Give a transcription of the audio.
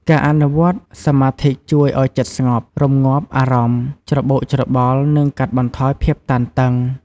ការអនុវត្តសមាធិជួយឱ្យចិត្តស្ងប់ រម្ងាប់អារម្មណ៍ច្របូកច្របល់ និងកាត់បន្ថយភាពតានតឹង។